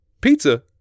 pizza